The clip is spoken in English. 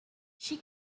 she